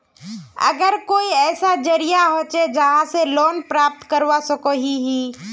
आर कोई ऐसा जरिया होचे जहा से लोन प्राप्त करवा सकोहो ही?